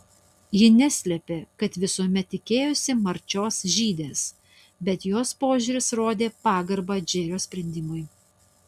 ji neslėpė kad visuomet tikėjosi marčios žydės bet jos požiūris rodė pagarbą džerio sprendimui